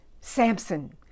Samson